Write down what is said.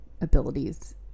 abilities